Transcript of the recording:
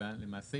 למעשה,